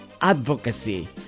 advocacy